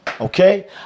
okay